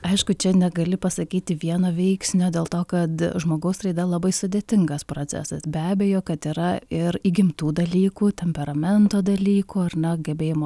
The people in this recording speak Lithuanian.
aišku čia negali pasakyti vieno veiksnio dėl to kad žmogaus raida labai sudėtingas procesas be abejo kad yra ir įgimtų dalykų temperamento dalykų ar na gebėjimo